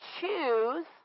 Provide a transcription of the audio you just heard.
choose